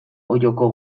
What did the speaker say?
olloko